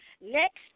Next